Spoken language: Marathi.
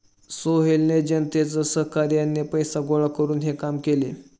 सोहेलने जनतेच्या सहकार्याने पैसे गोळा करून हे काम केले